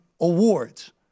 awards